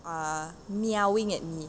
ah meowing at me